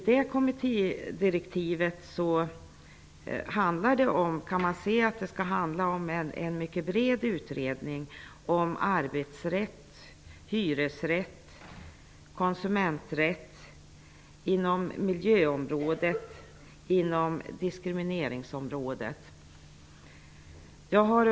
Av kommittédirektivet kan man finna att det skall handla om en mycket bred utredning om arbetsrätt, hyresrätt och konsumenträtt. Frågor inom miljöområdet och inom diskrimineringsområdet skall också utredas.